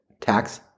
tax